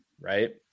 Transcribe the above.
right